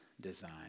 design